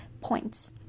points